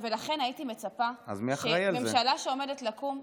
בוודאי, ולכן הייתי מצפה מממשלה שעומדת לקום,